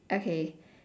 okay